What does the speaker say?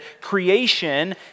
creation